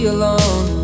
alone